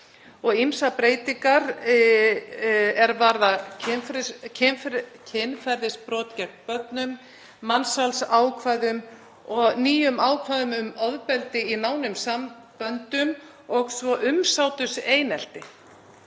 ýmsar breytingar er varða kynferðisbrot gegn börnum, mansalsákvæði og ný ákvæði um ofbeldi í nánum samböndum og svo umsáturseinelti.